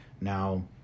Now